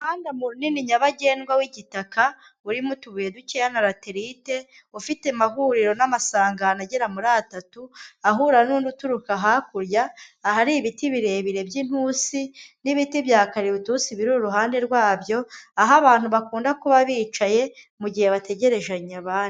Umuhanda munini nyabagendwa w'igitaka urimo utubuye dukeya na latellite, ufite amahuriro n'amasangano agera muri atatu, ahura n'undi uturuka hakurya, ahari ibiti birebire by'intusi n'ibiti bya karibitusi biri iruhande rwabyo, aho abantu bakunda kuba bicaye mu gihe bategerejanya abandi.